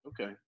Okay